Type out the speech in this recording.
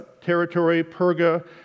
territory—Perga